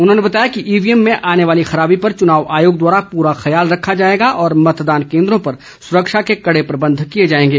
उन्होंने बताया कि ईवीएम में आने वाली खराबी पर चुनाव आयोग द्वारा पूरा ख्याल रखा जाएगा और मतदान केंद्रों पर सुरक्षा के कड़े प्रबंध किए जाएगे